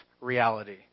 reality